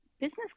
business